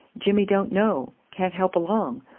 jimmy don't know, can't help along.